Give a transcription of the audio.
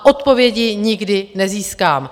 Odpovědi nikdy nezískám.